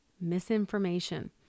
misinformation